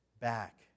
back